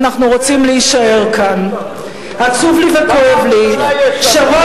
אנחנו רוצים להישאר כאן." "עצוב לי וכואב לי שרוב